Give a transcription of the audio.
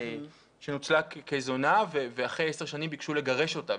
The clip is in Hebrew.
שנוצלה כזונה ואחרי עשר שנים ביקשו לגרש אותה,